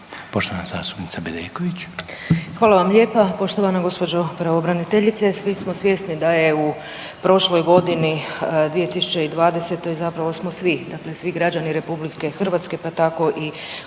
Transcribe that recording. **Bedeković, Vesna (HDZ)** Hvala vam lijepa. Poštovana gospođo pravobraniteljice svi smo svjesni da je u prošloj godini 2020. zapravo smo svi, dakle svi građani RH pa tako i osobe